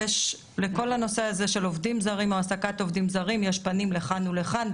יש לכל הנושא הזה של עובדים זרים והעסקת עובדים זרים פנים לכאן ולכאן,